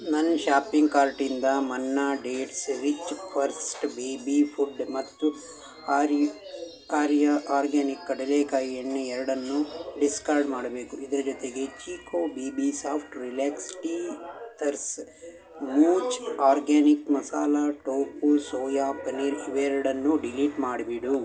ನನ್ನ ಶಾಪಿಂಗ್ ಕಾರ್ಟಿಂದ Manna dates rich first baby food ಮತ್ತು ಆರ್ ಈ ಆರ್ಯ ಆರ್ಗೆನಿಕ್ ಕಡಲೇಕಾಯಿ ಎಣ್ಣೆ ಎರಡನ್ನೂ ಡಿಸ್ಕಾರ್ಡ್ ಮಾಡಬೇಕು ಇದರ ಜೊತೆಗೆ Chicco baby soft relax teethers ಮೂಜ್ organic masala tofu soya paneer ಇವೆರಡನ್ನೂ ಡಿಲೀಟ್ ಮಾಡಿಬಿಡು